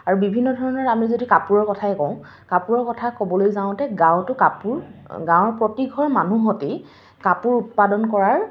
আৰু বিভিন্ন ধৰণৰ আমি যদি কাপোৰৰ কথাই কওঁ কাপোৰৰ কথা ক'বলৈ যাওঁতে গাঁৱতো কাপোৰ গাঁৱৰ প্ৰতিঘৰ মানুহতেই কাপোৰ উৎপাদন কৰাৰ